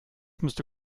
müsste